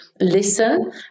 listen